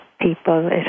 people